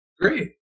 Great